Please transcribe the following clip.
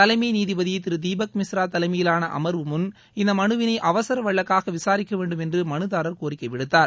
தலைமை நீதிபதி திரு தீபக் மிஸ்ரா தலைமையிலான அமர்வு முன் இந்த மனுவினை அவசர வழக்காக விசாரிக்கவேண்டும் என்று மனுதாரர் கோரிக்கை விடுத்தார்